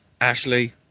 Ashley